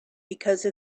because